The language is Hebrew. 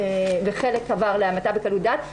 וחלק עבר להמתה בקלות דעת,